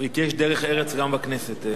יש דרך ארץ גם בכנסת.